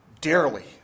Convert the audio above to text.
dearly